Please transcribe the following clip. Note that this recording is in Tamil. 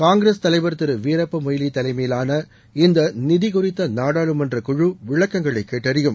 காங்கிரஸ் தலைவர் திரு வீரப்பமொய்லி தலைம்மயிலான இந்த நிதி குறித்த நாடாளுமன்றக்குழு விளக்கங்களை கேட்டறியும்